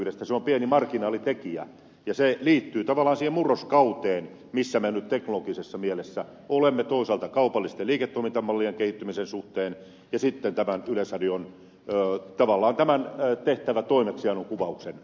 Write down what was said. se on pieni marginaalitekijä ja se liittyy tavallaan siihen murroskauteen missä me nyt teknologisessa mielessä olemme toisaalta kaupallisten liiketoimintamallien kehittymisen suhteen ja sitten tämän tavallaan yleisradion tehtävän toimeksiannon kuvauksen suhteen